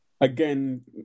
Again